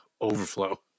overflow